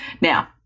Now